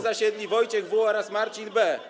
zasiedli Wojciech W. oraz Marcin B.